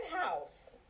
house